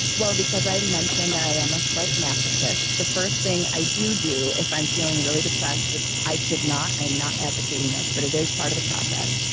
well, because i mentioned that i am a slight masochist, the first thing i do do if i'm feeling really depressed, which i should not. i am not advocating this, but it is part of the process.